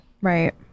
Right